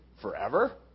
forever